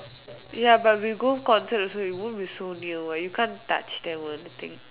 ya but we go concert also we won't be so near what you can't touch them or anything